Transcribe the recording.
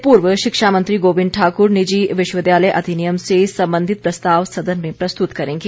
इससे पूर्व शिक्षा मंत्री गोबिंद ठाकुर निजी विश्वविद्यालय अधिनियम से संबंधित प्रस्ताव सदन में प्रस्तुत करेंगे